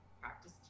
practice